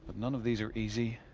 none of these are easy.